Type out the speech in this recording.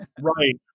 Right